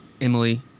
Emily